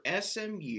SMU